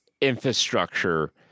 infrastructure